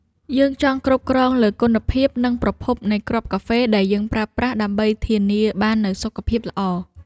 យើងចង់គ្រប់គ្រងលើគុណភាព និងប្រភពនៃគ្រាប់កាហ្វេដែលយើងប្រើប្រាស់ ដើម្បីធានាបាននូវសុខភាពល្អ។